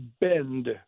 bend